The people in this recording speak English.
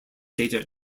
data